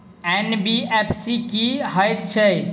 NBFC की हएत छै?